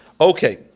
okay